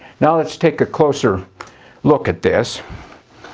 now let's take a closer look at this.